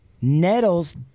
Nettles